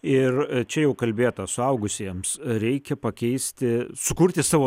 ir čia jau kalbėta suaugusiems reikia pakeisti sukurti savo